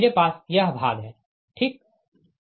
मेरे पास यह भाग है ठीक